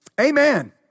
Amen